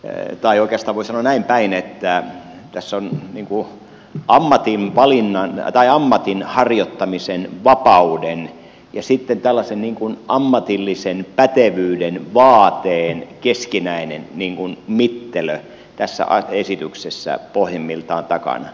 heitä ajokeista voisi näin päin että tässä esityksessä on niin kuin ammatin harjoittamisen vapauden ja sitten tällaisen ammatillisen pätevyyden vaateen keskinäinen mittelö pohjimmiltaan takana